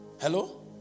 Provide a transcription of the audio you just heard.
Hello